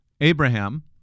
Abraham